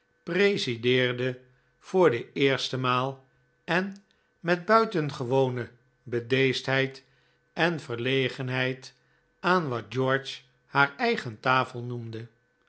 presideerde voor de eerste maal en met buitengewone bedeesdheid en verlegenheid aan wat george haar eigen tafel noemde